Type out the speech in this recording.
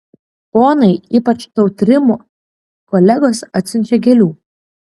ponai ypač tautrimo kolegos atsiunčią gėlių